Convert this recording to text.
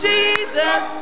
Jesus